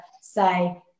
say